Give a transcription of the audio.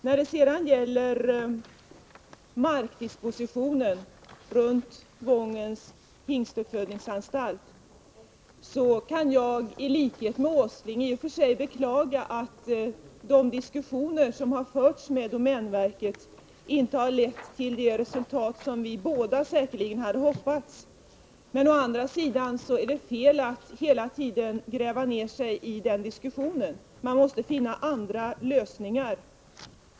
När det gäller markdispositionen runt Wångens hingstuppfödningsanstalt kan jag, i likhet med Nils Åsling, i och för sig beklaga att de diskussioner som förts med domänverket inte har lett till de resultat som vi båda säkerligen hade hoppats. Å andra sidan är det fel att hela tiden gräva ner sig i den diskussionen — man måste finna andra lösningar.